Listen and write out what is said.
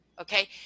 Okay